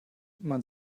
man